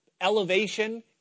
elevation